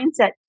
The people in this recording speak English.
mindset